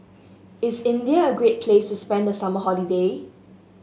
is India a great place to spend the summer holiday